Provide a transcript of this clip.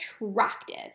attractive